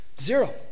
Zero